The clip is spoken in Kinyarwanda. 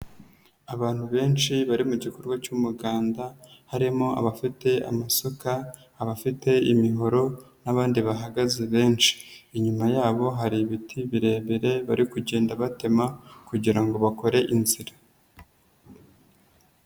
Abantu benshi bari mu gikorwa cy'umuganda harimo abafite amasaka, abafite imihoro n'abandi bahagaze benshi, inyuma yabo hari ibiti birebire bari kugenda batema kugira ngo bakore inzira.